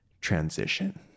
transition